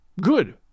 Good